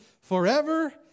forever